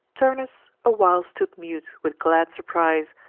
turnus a while stood mute, with glad surprise,